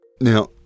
Now